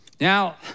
Now